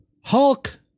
Hulk